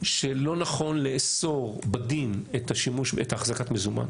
שלא נכון לאסור בדין את החזקת המזומן,